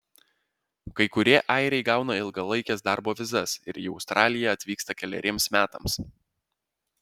kai kurie airiai gauna ilgalaikes darbo vizas ir į australiją atvyksta keleriems metams